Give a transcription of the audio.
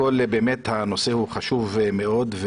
הנושא חשוב מאוד.